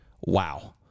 Wow